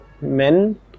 men